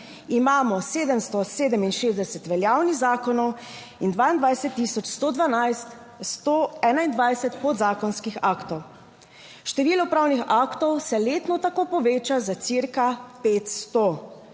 imamo 767 veljavnih zakonov in 22 tisoč 112, 121 podzakonskih aktov. Število pravnih aktov se letno tako poveča za cirka 500.